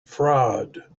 fraud